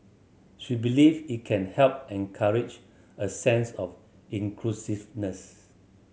she believes it can help encourage a sense of inclusiveness